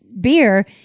beer